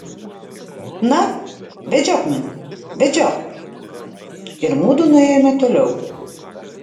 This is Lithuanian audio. na vedžiok mane vedžiok ir mudu nuėjome toliau